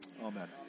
Amen